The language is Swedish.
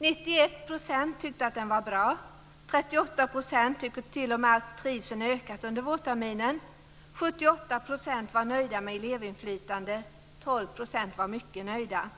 91 % tyckte att den var bra, och 38 % tyckte t.o.m. att trivseln ökat under vårterminen. 78 % var nöjda med elevinflytandet, och 12 % var mycket nöjda.